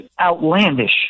outlandish